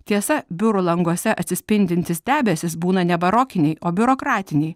tiesa biurų languose atsispindintys debesys būna ne barokiniai o biurokratiniai